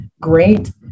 great